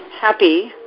Happy